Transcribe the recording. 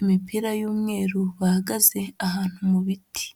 imipira y'umweru bahagaze ahantu mu biti.